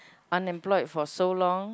unemployed for so long